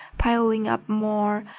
piling up more,